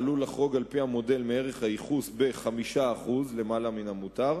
העלול לחרוג על-פי המודל מערך הייחוס ב-5% מן המותר,